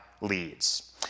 leads